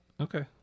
Okay